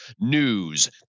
news